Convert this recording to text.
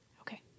Okay